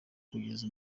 kugeza